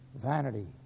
vanity